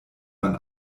man